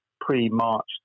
pre-March